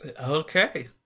Okay